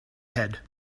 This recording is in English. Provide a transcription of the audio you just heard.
head